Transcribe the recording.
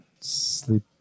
sleep